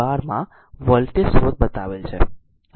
12 માં વોલ્ટેજ સ્રોત બતાવેલ છે